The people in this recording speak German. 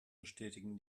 bestätigen